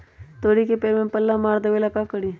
तोड़ी के पेड़ में पल्ला मार देबे ले का करी?